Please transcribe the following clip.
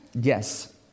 Yes